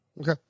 Okay